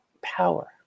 power